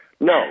No